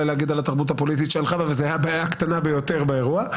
להגיד על התרבות הפוליטית אבל זו הייתה הבעיה הקטנה ביותר באירוע.